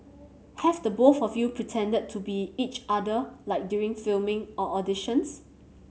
have the both of you pretended to be each other like during filming or auditions